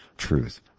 truth